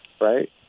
right